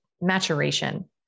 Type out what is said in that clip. maturation